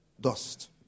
dust